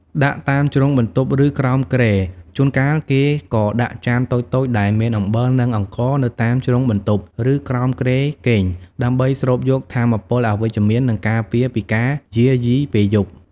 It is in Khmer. ដាក់តាមជ្រុងបន្ទប់ ឬក្រោមគ្រែ ជួនកាលគេក៏ដាក់ចានតូចៗដែលមានអំបិល និងអង្ករនៅតាមជ្រុងបន្ទប់ ឬក្រោមគ្រែគេង ដើម្បី ស្រូបយកថាមពលអវិជ្ជមាន និងការពារពីការយាយីពេលយប់។